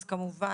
כמובן,